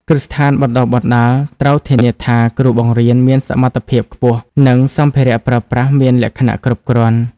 គ្រឹះស្ថានបណ្តុះបណ្តាលត្រូវធានាថាគ្រូបង្រៀនមានសមត្ថភាពខ្ពស់ និងសម្ភារៈប្រើប្រាស់មានលក្ខណៈគ្រប់គ្រាន់។